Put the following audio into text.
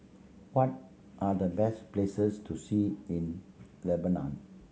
what are the best places to see in Lebanon